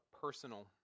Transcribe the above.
personal